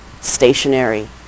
stationary